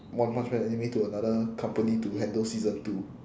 one punch man anime to another company to handle season two